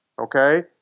okay